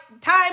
time